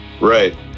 Right